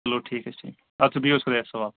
چلو ٹھیٖک حظ چھُ ٹھیٖک اَدٕسا بِہِو حظ خُدایس حَوال